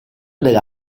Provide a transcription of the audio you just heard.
della